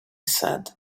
said